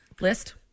list